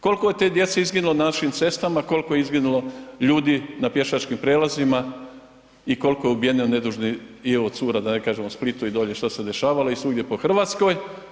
Koliko je te djece izginulo na našim cestama, koliko je izginulo ljudi na pješačkim prijelazima i koliko je ubijeno nedužnih i evo cura da ne kažemo u Splitu i dolje šta se dešavalo i svugdje po Hrvatskoj.